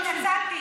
התנצלתי.